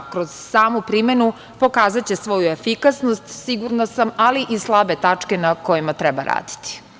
Kroz samu primenu pokazaće svoju efikasnost, sigurna sam, ali i slabe tačke na kojima treba raditi.